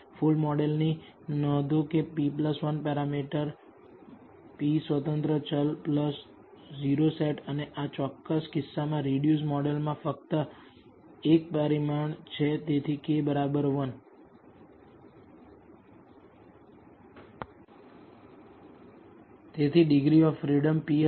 full મોડલને નોંધો કે p 1 પેરામીટર p સ્વતંત્ર ચલ o સેટ અને આ ચોક્કસ કિસ્સામાં રિડ્યુસડ મોડલમાં ફક્ત 1 પરિમાણ છે તેથી k 1 તેથી ડિગ્રી ઓફ ફ્રીડમ p હશે